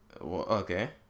Okay